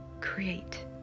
create